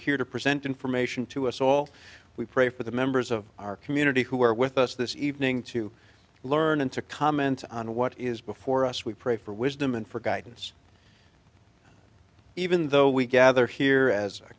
here to present information to us all we pray for the members of our community who are with us this evening to learn and to comment on what is before us we pray for wisdom and for guidance even though we gather here as